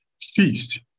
feast